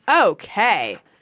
Okay